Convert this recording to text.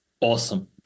Awesome